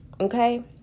okay